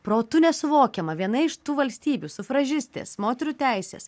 protu nesuvokiama viena iš tų valstybių sufražistės moterų teisės